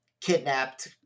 kidnapped